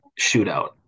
shootout